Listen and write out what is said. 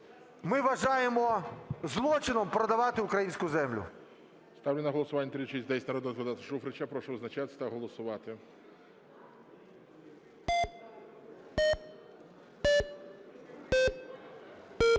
ми вважаємо злочином продавати українську землю.